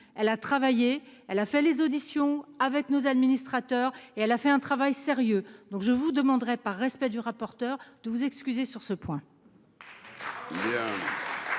elle a travaillé, elle a fait les auditions avec nos administrateurs, et elle a fait un travail sérieux, donc je vous demanderai par respect du rapporteur de vous excuser sur ce point.